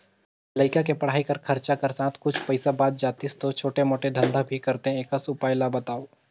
लइका के पढ़ाई कर खरचा कर साथ कुछ पईसा बाच जातिस तो छोटे मोटे धंधा भी करते एकस उपाय ला बताव?